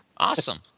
Awesome